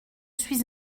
suis